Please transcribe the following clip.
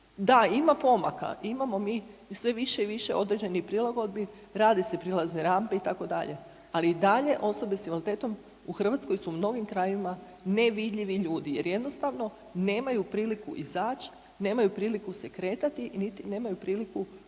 Da, ima pomaka, imamo mi sve više i više određenih prilagodbi, rade se prilazne rampe itd., ali i dalje osobe s invaliditetom u Hrvatskoj su u mnogim krajevima nevidljivi ljudi jer jednostavno nemaju priliku izać, nemaju priliku se kretati, niti nemaju priliku uključit